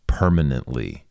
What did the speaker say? permanently